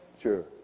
Sure